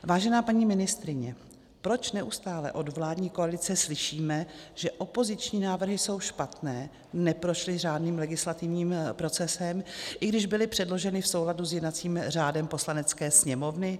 Vážená paní ministryně, proč neustále od vládní koalice slyšíme, že opoziční návrhy jsou špatné, neprošly řádným legislativním procesem, i když byly předloženy v souladu s jednacím řádem Poslanecké sněmovny?